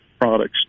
products